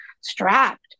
strapped